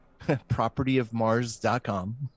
propertyofmars.com